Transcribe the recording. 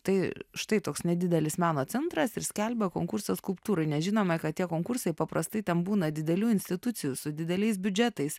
tai štai toks nedidelis meno centras ir skelbia konkursą skulptūrai nes žinome ką tie konkursai paprastai tam būna didelių institucijų su dideliais biudžetais